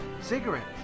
cigarettes